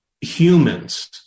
humans